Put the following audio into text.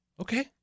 Okay